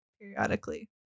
periodically